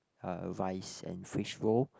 uh rice and fish roll